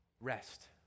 rest